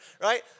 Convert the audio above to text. right